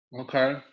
Okay